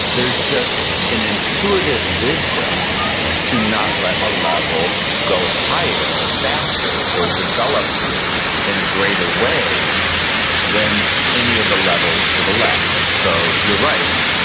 there's just an intuitive wisdom to not let a level go higher or faster or develop in a greater way than any of the levels to the left. so you're right.